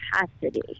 capacity